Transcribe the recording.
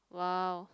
!wow!